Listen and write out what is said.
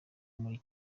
muri